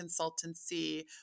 consultancy